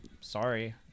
Sorry